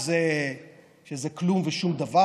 זה כלום ושום דבר.